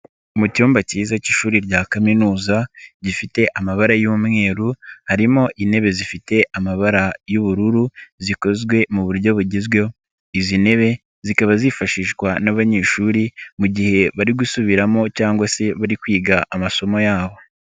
Mu cyumba cyiza cy'ishuri cya kaminuza gifite amabara y'umweru, harimo intebe zifite amabara y'ubururu zikozwe mu buryo bugezweho. Izi ntebe zikaba zifashishwa n'banyeshuri mu gihe bari gusubiramo cyangwa se bari kwiga amasomo yabo.